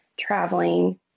traveling